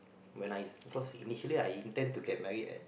when I first initially I intend to get married at